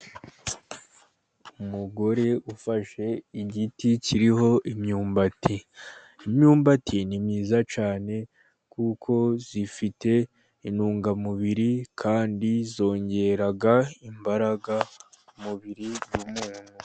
Umugore ufashe igiti kiriho imyumbati. Imyumbati ni myiza cyane kuko ifite intungamubiri, kandi yongera imbaraga umubiri w'umuntu.